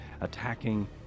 attacking